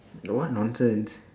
no what nonsense